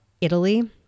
Italy